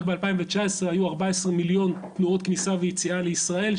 רק ב-2019 היו 14 מיליון תנועות כניסה ויציאה לישראל,